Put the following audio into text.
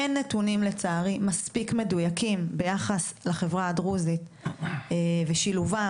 אין נתונים מספיק מדויקים ביחס לחברה הדרוזית ושילובם.